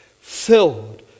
filled